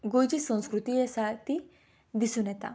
गोंयची संस्कृती आसा ती दिसून येता